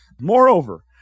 Moreover